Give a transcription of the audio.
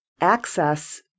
access